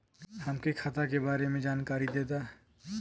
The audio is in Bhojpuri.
हमके खाता के बारे में जानकारी देदा?